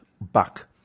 back